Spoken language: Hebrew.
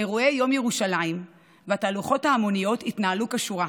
אירועי יום ירושלים והתהלוכות ההמוניות יתנהלו כשורה,